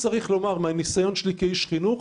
מניסיוני כאיש חינוך